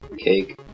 cake